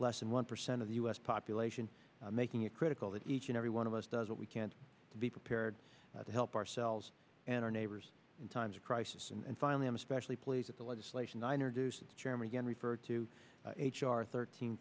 less than one percent of the u s population making it critical that each and every one of us does it we can't be prepared to help ourselves and our neighbors in times of crisis and finally i'm especially pleased at the legislation nine or do since chairman again referred to h r thirteen